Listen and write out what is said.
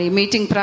meeting